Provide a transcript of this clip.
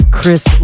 Chris